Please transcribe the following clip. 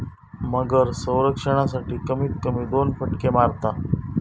मगर संरक्षणासाठी, कमीत कमी दोन फटके मारता